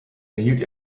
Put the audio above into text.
erhielt